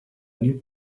new